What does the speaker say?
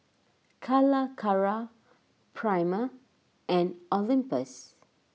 Calacara Prima and Olympus